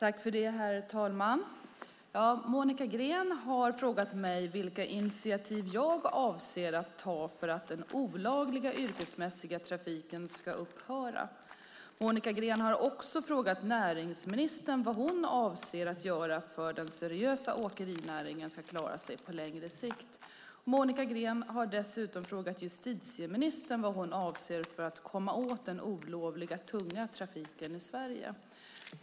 Herr talman! Monica Green har frågat mig vilka initiativ jag avser att ta för att den olagliga yrkesmässiga trafiken ska upphöra. Monica Green har också frågat näringsministern vad hon avser att göra för att den seriösa åkerinäringen ska klara sig på längre sikt. Monica Green har dessutom frågat justitieministern vad hon avser att göra för att komma åt den olovliga tunga trafiken i Sverige.